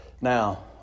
Now